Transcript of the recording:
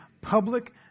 public